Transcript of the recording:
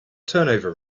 turnover